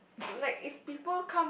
like if people come